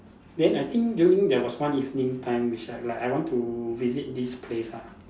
then I think during there was one evening time which I like I want to visit this place ah